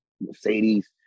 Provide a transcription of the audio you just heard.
Mercedes